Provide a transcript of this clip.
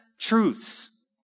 truths